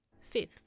Fifth